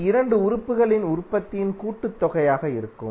இது 2 உறுப்புகளின் உற்பத்தியின் கூட்டுத்தொகையாக இருக்கும்